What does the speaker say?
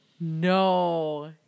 No